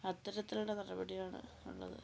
അത്തരത്തിലുള്ള നടപടിയാണ് ഉള്ളത്